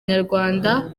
inyarwanda